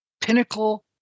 pinnacle